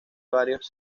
varios